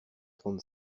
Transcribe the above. trente